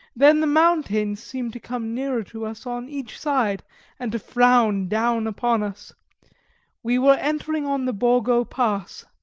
then the mountains seemed to come nearer to us on each side and to frown down upon us we were entering on the borgo pass.